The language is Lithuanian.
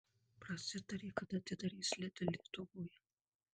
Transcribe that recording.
prasitarė kada atidarys lidl lietuvoje